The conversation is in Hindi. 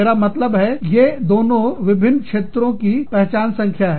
मेरा मतलब है ये दोनों विभिन्न क्षेत्रों की पहचान संख्या है